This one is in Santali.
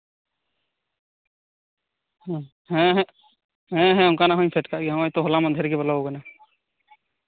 ᱦᱮᱸᱦᱮᱸ ᱚᱱᱠᱟᱱᱟᱜ ᱦᱚᱸᱧ ᱯᱷᱮᱰ ᱠᱟᱫ ᱜᱮᱭᱟ ᱱᱚᱜᱼᱚᱭ ᱛᱚ ᱦᱚᱞᱟ ᱢᱟᱫᱷᱮᱨ ᱜᱮ ᱵᱚᱞᱚᱣᱟᱠᱟᱱᱟ